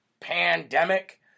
pandemic